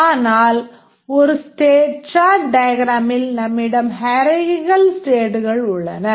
ஆனால் ஒரு state chart diagramமில் நம்மிடம் hierarchical stateகள் உள்ளன